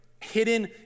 hidden